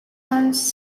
runs